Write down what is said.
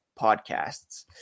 podcasts